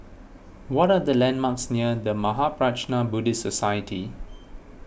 what are the landmarks near the Mahaprajna Buddhist Society